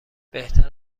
بهتر